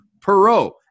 Perot